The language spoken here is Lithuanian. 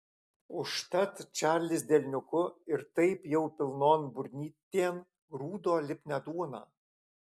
užtat čarlis delniuku ir taip jau pilnon burnytėn grūdo lipnią duoną